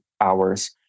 hours